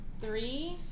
Three